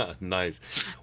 Nice